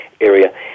area